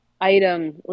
item